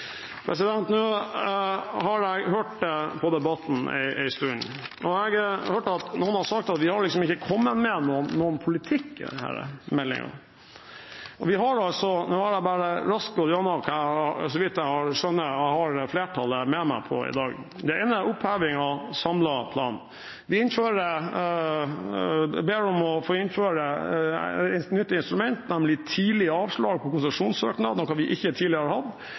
har hørt på debatten en stund. Jeg hørte noen si at vi liksom ikke har kommet med noen politikk i denne meldingen. Jeg har lyst til å gå gjennom hva jeg skjønner jeg har flertallet med meg på i dag. Det ene er oppheving av Samlet plan. Vi ber om å få innføre et nytt instrument, nemlig tidlig avslag på konsesjonssøknader, noe vi ikke har hatt